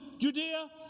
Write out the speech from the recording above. Judea